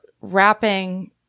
wrapping